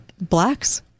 blacks